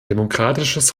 demokratisches